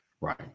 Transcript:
Right